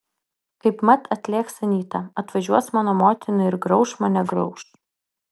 kaipmat atlėks anyta atvažiuos mano motina ir grauš mane grauš